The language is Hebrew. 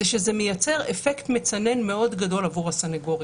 שזה מייצר אפקט מצנן מאוד גדול עבור הסנגורים,